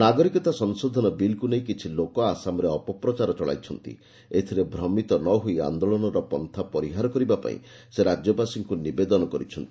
ନାଗରିକ ସଂଶୋଧନ ବିଲ୍କୁ ନେଇ କିଛି ଲୋକ ଆସାମରେ ଅପପ୍ରଚାର ଚଳାଇଛନ୍ତି ଏଥିରେ ଭ୍ରମିତ ନ ହୋଇ ଆନ୍ଦୋଳନର ପନ୍ଥା ପରିହାର କରିବା ପାଇଁ ସେ ରାଜ୍ୟବାସୀଙ୍କୁ ଆବେଦନ କରିଛନ୍ତି